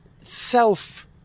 self